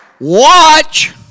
watch